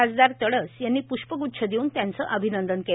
खासदार तडस यांनी प्ष्पग्च्छ देऊन त्यांचे अभिनंदन केले